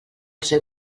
seu